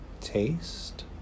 taste